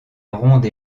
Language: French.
ronde